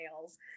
nails